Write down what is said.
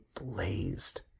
blazed